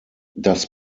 das